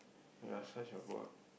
you are such a bore